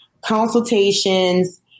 consultations